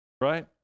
right